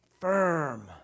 firm